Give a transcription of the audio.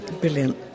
Brilliant